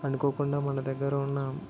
అనుకోకుండా మన దగ్గర ఉన్న